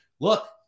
Look